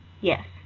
Yes